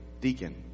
deacon